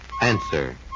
Answer